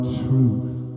truth